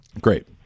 Great